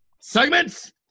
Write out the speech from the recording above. Segments